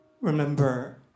remember